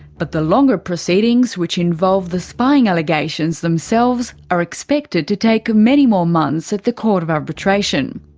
but the longer proceedings which involve the spying allegations themselves are expected to take many more months at the court of arbitration.